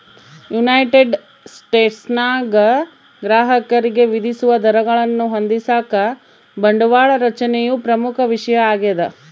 United ಸ್ಟೇಟ್ಸ್ನಾಗ ಗ್ರಾಹಕರಿಗೆ ವಿಧಿಸುವ ದರಗಳನ್ನು ಹೊಂದಿಸಾಕ ಬಂಡವಾಳ ರಚನೆಯು ಪ್ರಮುಖ ವಿಷಯ ಆಗ್ಯದ